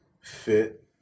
fit